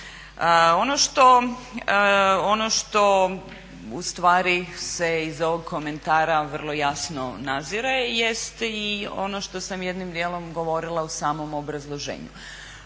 Ono što ustvari se iz ovog komentara vrlo jasno nazire jest i ono što sam jednim dijelom govorila u samom obrazloženju.